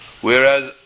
Whereas